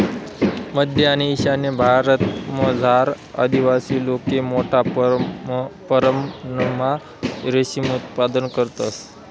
मध्य आणि ईशान्य भारतमझार आदिवासी लोके मोठा परमणमा रेशीम उत्पादन करतंस